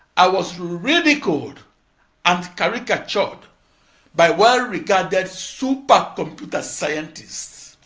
i was ridiculed and caricatured by well-regarded supercomputer scientists.